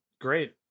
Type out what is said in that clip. great